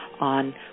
on